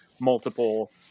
multiple